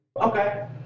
Okay